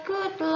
Good